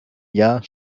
jahr